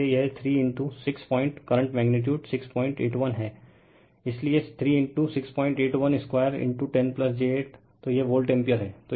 इसलिए यह 3 six point current magnitude 681 है इसलिए 3 681 2 10 j 8 तो यह वोल्ट एम्पीयर है